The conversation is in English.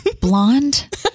Blonde